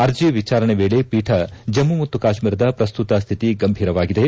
ಅರ್ಜಿ ವಿಚಾರಣೆ ವೇಳೆ ಪೀಠ ಜಮ್ಮ ಮತ್ತು ಕಾಶ್ಮೀರದ ಪ್ರಸ್ತುತ ಶ್ಯಿತಿ ಗಂಭೀರವಾಗಿದೆ